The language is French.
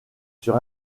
sur